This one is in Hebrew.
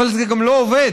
אבל זה גם לא עובד.